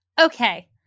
Okay